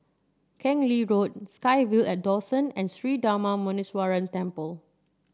Keng Lee Road SkyVille and Dawson and Sri Darma Muneeswaran Temple